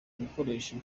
ibikoresho